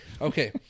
Okay